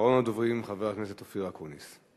אחרון הדוברים, חבר הכנסת אופיר אקוניס.